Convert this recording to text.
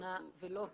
נכונה ולא טובה.